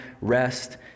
rest